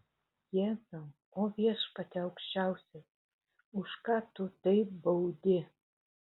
jėzau o viešpatie aukščiausias už ką tu taip baudi